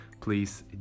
Please